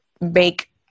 make